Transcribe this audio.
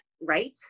right